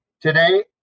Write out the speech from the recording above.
Today